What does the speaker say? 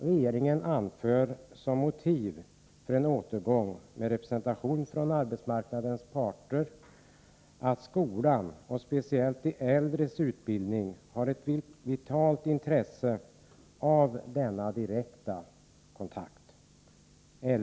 Regeringen anför som motiv för en återgång till representation från arbetsmarknadens parter att skolan speciellt i fråga om de äldres utbildning har ett vitalt intresse av denna direkta kontakt.